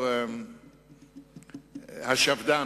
השפד"ן.